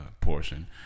portion